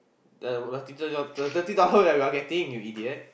the uh thirty dollar the thirty dollar that we are we are getting you idiot